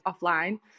offline